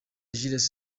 jules